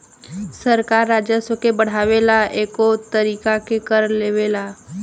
सरकार राजस्व के बढ़ावे ला कएगो तरीका के कर लेवेला